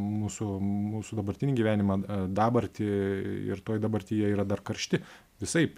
mūsų mūsų dabartinį gyvenimą dabartį ir toj dabartyje yra dar karšti visaip